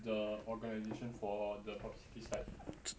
the organization for the publicity side